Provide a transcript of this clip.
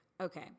Okay